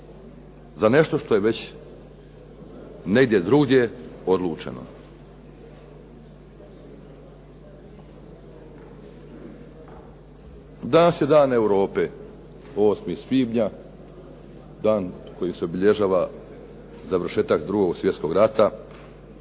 za nešto što je već negdje drugdje odlučeno. Danas je dan Europe 8. svibnja, dan kojim se obilježava završetak 2. svjetskog rata.